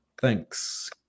Thanks